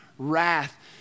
wrath